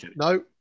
No